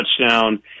touchdown